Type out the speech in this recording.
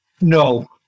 No